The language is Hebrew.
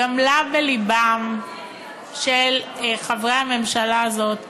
גמלה בלבם של חברי הממשלה הזאת החלטה.